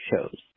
shows